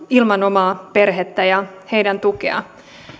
ilman omaa perhettä ja heidän tukeaan